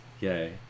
Yay